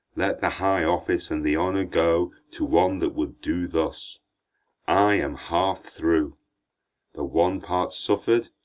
let the high office and the honour go to one that would do thus i am half through the one part suffer'd,